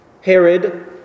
Herod